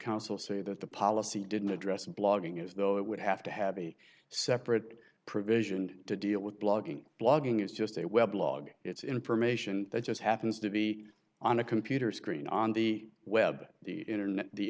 council say that the policy didn't address blogging as though it would have to have a separate provision to deal with blogging blogging is just a web log it's information that just happens to be on a computer screen on the web the internet the